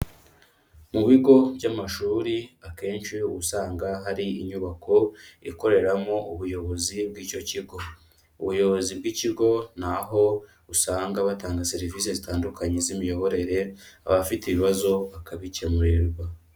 Mu bigo by'amashuri akenshi uba usanga hari inyubako ikoreramo Ubuyobozi bw'icyo kigo. Ubuyobozi bw'ikigo ni aho usanga batanga serivisi zitandukanye z'Imiyoborere, abafite ibibazo bakabikemurirwa.